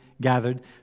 gathered